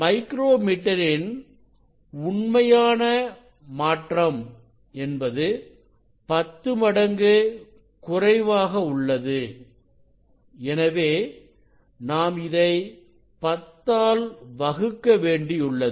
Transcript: micro metre இன் உண்மையான மாற்றம் என்பது பத்து மடங்கு குறைவாக உள்ளது எனவே நாம் இதை பத்தால் வகுக்க வேண்டியுள்ளது